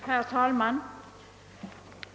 Herr talman!